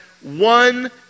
one